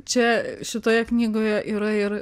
čia šitoje knygoje yra ir